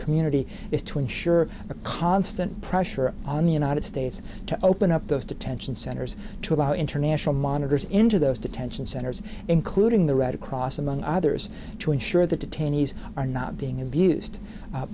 community is to ensure a constant pressure on the united states to open up those detention centers to allow international monitors into those detention centers including the red cross among others to ensure the detainees are not being abused